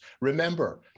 Remember